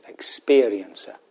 experiencer